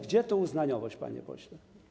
Gdzie tu uznaniowość, panie pośle?